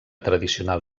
tradicional